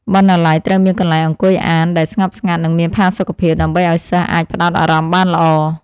បណ្ណាល័យត្រូវមានកន្លែងអង្គុយអានដែលស្ងប់ស្ងាត់និងមានផាសុកភាព ដើម្បីឱ្យសិស្សអាចផ្តោតអារម្មណ៍បានល្អ។